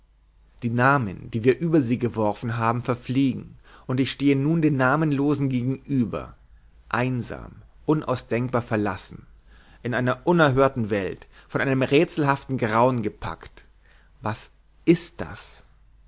die namen die wir über sie geworfen haben verfliegen und ich stehe nun den namenlosen gegenüber einsam unausdenkbar verlassen in einer unerhörten welt von einem rätselhaften grauen gepackt was ist das